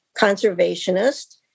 conservationist